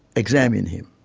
examine him.